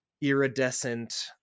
iridescent